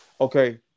Okay